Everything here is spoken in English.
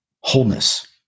wholeness